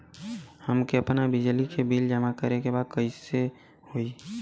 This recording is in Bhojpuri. हमके आपन बिजली के बिल जमा करे के बा कैसे होई?